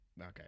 Okay